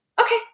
Okay